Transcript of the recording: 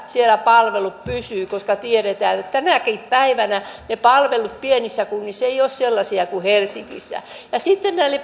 siellä palvelut pysyvät koska tiedetään että tänäkin päivänä ne palvelut pienissä kunnissa eivät ole sellaisia kuin helsingissä sitten näille